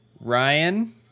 Ryan